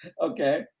Okay